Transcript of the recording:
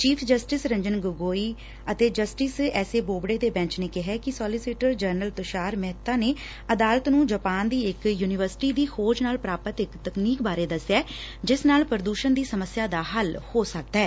chief justice Ranjan Gogoi ਅਤੇ justice S A Bobde ਦੇ ਬੈ'ਚ ਨੇ ਕਿਹੈ ਕਿ ਸੋਲੀਸਿਟਰ ਜਨਰਲ ਤੁਸ਼ਾਰ ਮੇਹਤਾ ਨੇ ਅਦਾਲਤ ਨੂੰ ਜਾਪਾਨ ਦੀ ਇਕ ਯੁਨੀਵਰਸਿਟੀ ਦੀ ਖੋਜ ਨਾਲ ਪ੍ਰਾਪਤ ਇਕ ਤਕਨੀਕ ਬਾਰੇ ਦਸਿਐ ਜਿਸ ਨਾਲ ਪ੍ਰਦੁਸਣ ਦੀ ਸਮਸਿਆ ਦਾ ਹੱਲ ਹੋ ਸਕਦੈ